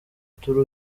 turi